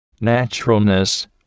naturalness